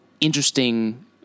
Interesting